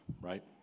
right